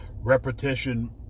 Repetition